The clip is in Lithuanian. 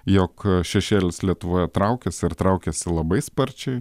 jog šešėlis lietuvoje traukiasi ir traukiasi labai sparčiai